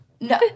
no